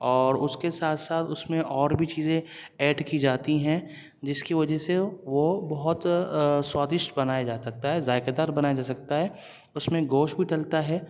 اور اس کے ساتھ ساتھ اس میں اور بھی چیزیں ایڈ کی جاتی ہیں جس کی وجہ سے وہ بہت سوادش بنایا جا سکتا ہے ذائقے دار بنایا جا سکتا ہے اس میں گوشت بھی ڈلتا ہے